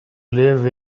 live